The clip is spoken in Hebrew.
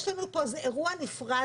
יש לנו פה אירוע נפרד,